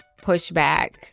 pushback